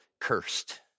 cursed